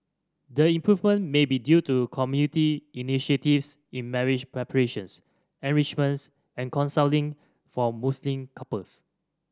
the improvement may be due to community initiatives in marriage preparations enrichments and counselling for Muslim couples